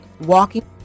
Walking